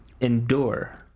endure